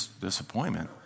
Disappointment